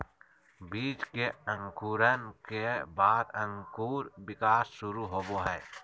बीज के अंकुरण के बाद अंकुर विकास शुरू होबो हइ